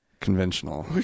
conventional